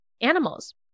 animals